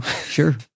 Sure